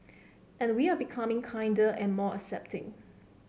and we are becoming kinder and more accepting